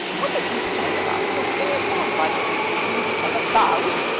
what is this story about? so cuneiform writing was used from about,